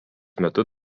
metu